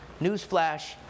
Newsflash